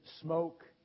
smoke